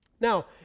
Now